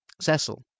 Cecil